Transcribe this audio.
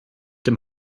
dem